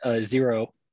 zero